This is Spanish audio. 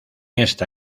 esta